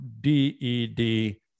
D-E-D